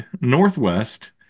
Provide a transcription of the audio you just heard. northwest